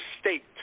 state